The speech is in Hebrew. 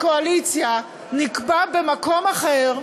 הקואליציה, נקבעת במקום אחר,